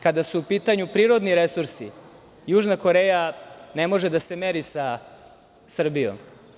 Kada su u pitanju prirodni resursi, južna Koreja ne može da se meri sa Srbijom.